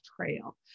trail